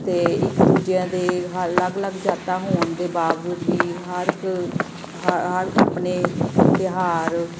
ਅਤੇ ਇੱਕ ਦੂਜਿਆਂ ਦੇ ਹ ਅਲੱਗ ਅਲੱਗ ਜਾਤਾਂ ਹੋਣ ਦੇ ਬਾਵਜੂਦ ਵੀ ਹਰ ਇੱਕ ਹ ਹਰ ਇਕ ਆਪਣੇ ਤਿਉਹਾਰ